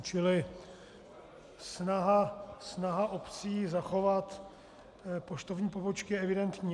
Čili snaha obcí zachovat poštovní pobočky je evidentní.